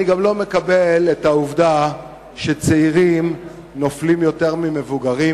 אני גם לא מקבל את העובדה שצעירים נופלים יותר ממבוגרים.